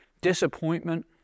disappointment